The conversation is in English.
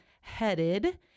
headed